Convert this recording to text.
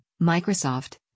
Microsoft